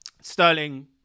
Sterling